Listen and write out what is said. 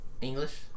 English